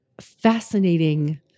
fascinating